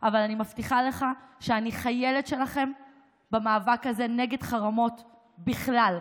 אני מבטיחה לך שאני חיילת שלכם במאבק הזה נגד חרמות בכלל.